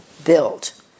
built